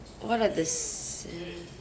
what are these